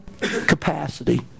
capacity